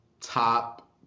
top